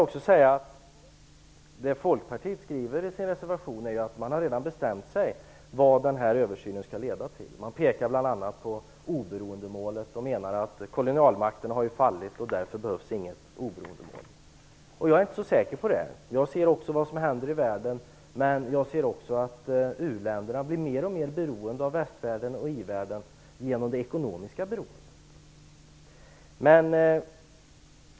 I Folkpartiets reservation har man redan bestämt sig för vad denna översyn skall leda till. Man pekar bl.a. på oberoendemålet och menar att kolonialmakterna har fallit och att det därför inte behövs ett sådant mål. Jag är inte säker på detta. Jag ser också vad som händer i världen. Jag ser att u-länderna blir mer och mer ekonomiskt beroende av västvärlden och ivärlden. Karl-Göran Biörsmark!